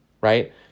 right